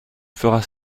feras